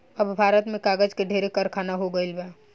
अब भारत में कागज के ढेरे कारखाना हो गइल बा